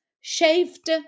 shaved